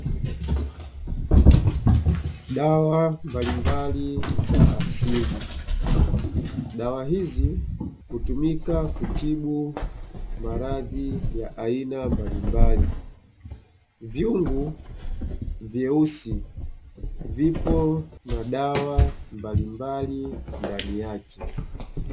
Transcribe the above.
Dawa mbalimbali za asili, dawa hizi hutumika kutibu maradhi ya aina mbalimbali; vyungu vyeusi vipo na dawa mbalimbali ndani yake.